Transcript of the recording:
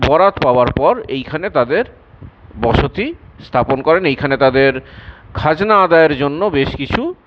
বরাত পাবার পর এইখানে তাঁদের বসতি স্থাপন করেন এইখানে তাঁদের খাজনা আদায়ের জন্য বেশ কিছু